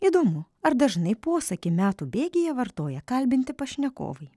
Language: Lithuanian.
įdomu ar dažnai posakį metų bėgyje vartoja kalbinti pašnekovai